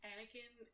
Anakin